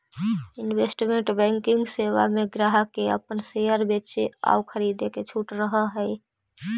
investment banking सेवा में ग्राहक के अपन शेयर बेचे आउ खरीदे के छूट रहऽ हइ